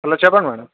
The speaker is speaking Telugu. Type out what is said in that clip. హలో చెప్పండి మేడమ్